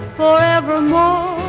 forevermore